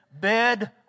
bed